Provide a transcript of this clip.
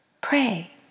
Pray